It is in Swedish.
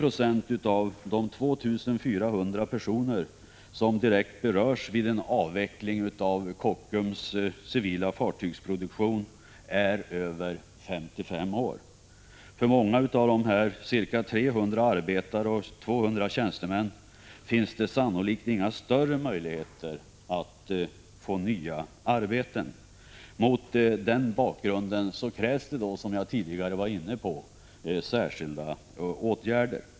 20 90 av de 2 400 personer som direkt berörs av en avveckling av Kockums civila fartygsproduktion är över 55 år. Många av de ca 300 arbetare och 200 tjänstemän som berörs har sannolikt inga större möjligheter att få nya arbeten. Mot den bakgrunden krävs det — jag har tidigare varit inne på den frågan — särskilda åtgärder.